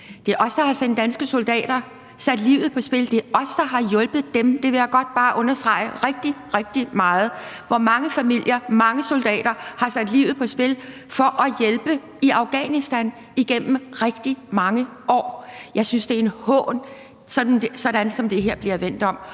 Det er os, der har sendt danske soldater, som har sat livet på spil; det er os, der har hjulpet dem – det vil jeg godt understrege rigtig, rigtig meget. Hvor mange familier, hvor mange soldater har sat livet på spil for at hjælpe i Afghanistan igennem rigtig mange år? Jeg synes, det er en hån, sådan som det her bliver vendt om.